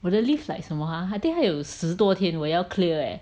我的 leave like 什么 ah I think 还有十多天我要 clear leh